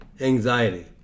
anxiety